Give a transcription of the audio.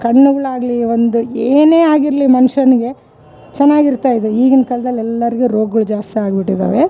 ಕಣ್ಣುಗಳು ಆಗಲಿ ಒಂದು ಏನೇ ಆಗಿರಲಿ ಮನುಷ್ಯನಿಗೆ ಚೆನ್ನಾಗಿರ್ತಾ ಇದ್ವ ಈಗಿನ ಕಾಲ್ದಾಗೆ ಎಲ್ಲರಿಗು ರೋಗ್ಗಳು ಜಾಸ್ತಿ ಆಗ್ಬಿಟ್ಟಿದಾವೆ